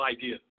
idea